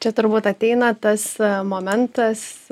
čia turbūt ateina tas momentas